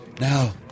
Now